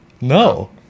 No